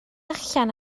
allan